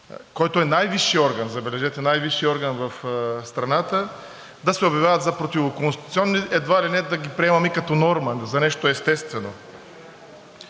което е най-висшият орган, забележете, най-висшият орган в страната, да се обявяват за противоконституционни и едва ли не да ги приемаме като норма и за нещо естествено.